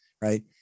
Right